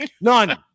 None